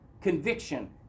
conviction